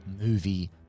movie